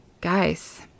guys